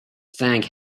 thank